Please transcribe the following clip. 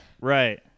Right